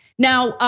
now,